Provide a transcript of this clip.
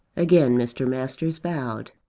again mr. masters bowed.